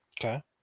Okay